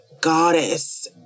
goddess